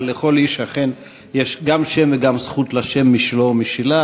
אבל לכל איש אכן יש גם שם וגם זכות לשם משלו או משלה,